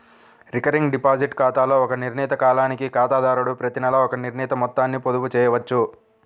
recurring deposit ఖాతాలో ఒక నిర్ణీత కాలానికి ఖాతాదారుడు ప్రతినెలా ఒక నిర్ణీత మొత్తాన్ని పొదుపు చేయవచ్చు